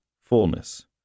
fullness